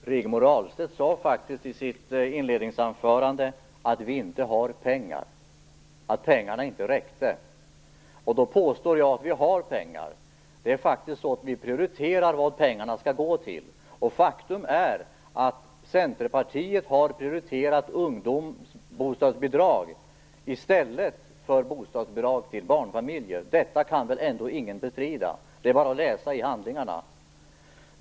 Herr talman! Rigmor Ahlstedt sade faktiskt i sitt inledningsanförande att vi inte hade pengar, att pengarna inte räckte. Jag påstår att vi har pengar, men vi prioriterar vad pengarna skall gå till. Faktum är att Centerpartiet har prioriterat ungdomsbostadsbidrag i stället för bostadsbidrag till barnfamiljer. Detta kan ändå ingen bestrida. Det är bara att läsa i handlingarna.